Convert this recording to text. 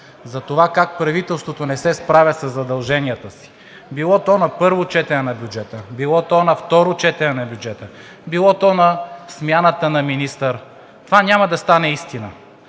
за това как правителството не се справя със задълженията си, било то на първо четене на бюджета, било то на второ четене на бюджета, било то на смяната на министър, това няма да стане истина,